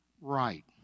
right